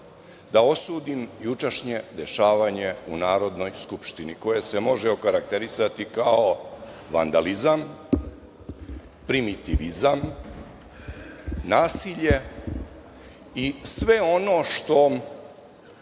da osudim jučerašnje dešavanje u Narodnoj skupštini, koje se može okarakterisati kao vandalizam, primitivizam, nasilje i sve ono što